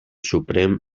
suprem